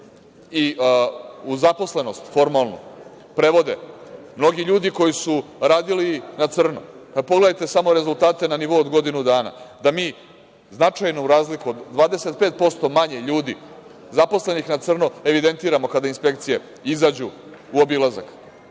i u zaposlenost formalno prevode mnogi ljudi koji su radili na crno. Pogledajte samo rezultate na novu od godinu dana, da mi značajnu razliku od 25% manje ljudi zaposlenih na crno evidentiramo kada inspekcije izađu u obilazak.